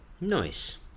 Nice